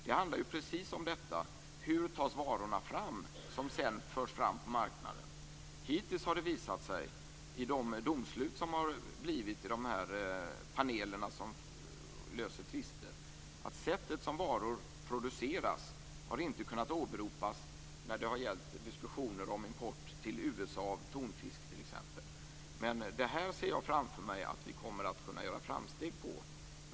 Det handlar ju precis om detta: Hur tas varorna fram som sedan förs fram på marknaden? Hittills har det visat sig, i de domslut som har blivit i de paneler som löser tvister, att det sätt som varor produceras på inte har kunnat åberopas när det har gällt diskussioner om import till USA, t.ex. tonfisk. Men jag ser framför mig att vi kommer att kunna göra framsteg på det här området.